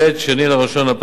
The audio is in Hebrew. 2 בינואר 2012,